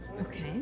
Okay